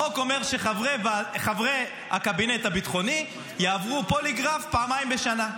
החוק אומר שחברי הקבינט הביטחוני יעברו פוליגרף פעמיים בשנה.